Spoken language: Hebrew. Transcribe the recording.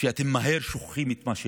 שאתם שוכחים מהר את מה שאמרתם,